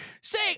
say